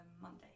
Monday